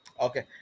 Okay